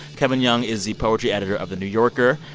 kevin young is the poetry editor of the new yorker.